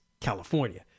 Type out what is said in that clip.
California